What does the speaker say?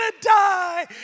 die